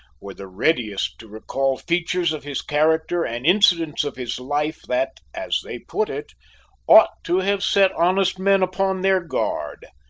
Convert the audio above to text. were the readiest to recall features of his character and incidents of his life that as they put it ought to have set honest men upon their guard.